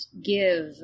give